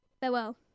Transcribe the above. Farewell